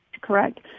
Correct